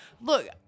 Look